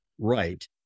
right